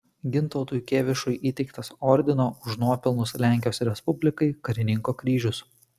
gintautui kėvišui įteiktas ordino už nuopelnus lenkijos respublikai karininko kryžius